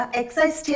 exercise